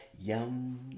yum